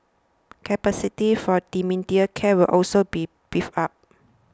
capacity for dementia care will also be beefed up